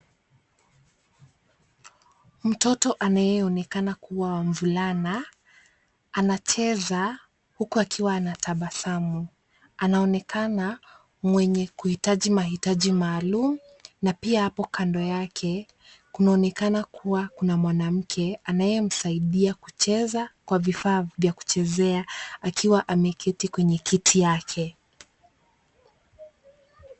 Mtoto anayeonekana kuwa mvulana anacheza huku akiwa anatabasamu. Anaonekana mwenye kuhitaji mahitaji maalum na pia hapo kando yake kunaonekana kuwa kuna mwanamke anayemsaidia kucheza kwa vifaa vya kuchezea akiwa ameketi kwenye kiti yake.